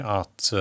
att